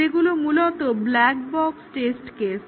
যেগুলো মূলত black box test case